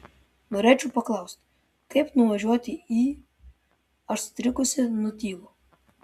norėčiau paklausti kaip nuvažiuoti į aš sutrikusi nutylu